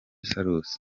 salus